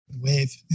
Wave